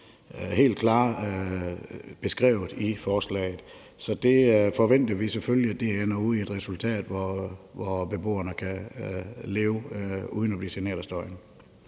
helt klart beskrevet i forslaget. Så det forventer vi selvfølgelig ender ud i et resultat, hvor beboerne kan leve uden at blive generet af støjen.